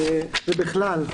ובכלל.